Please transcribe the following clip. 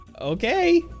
Okay